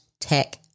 tech